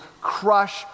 crush